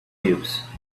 cubes